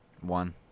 One